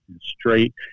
straight